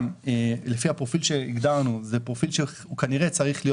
לפי הפרופיל שהגדרנו זה פרופיל שהוא כנראה צריך להיות